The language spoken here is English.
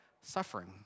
suffering